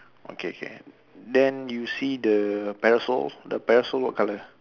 okay okay then you see the parasol the parasol what colour